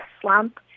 slump